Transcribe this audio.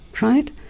Right